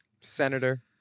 Senator